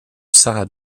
sarah